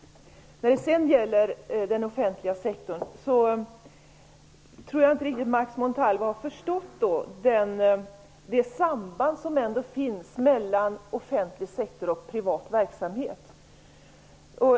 Jag tror inte att Max Montalvo riktigt har förstått det samband som finns mellan offentlig sektor och privat verksamhet.